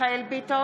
מיכאל מרדכי ביטון,